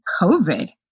COVID